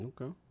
okay